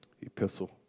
epistle